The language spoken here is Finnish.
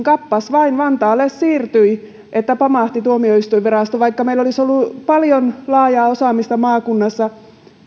kappas vain vantaalle siirtyi että pamahti vaikka meillä olisi ollut paljon laajaa osaamista ja hyviä sijoituspaikkoja maakunnissa